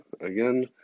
Again